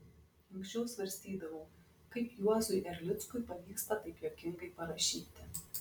anksčiau svarstydavau kaip juozui erlickui pavyksta taip juokingai parašyti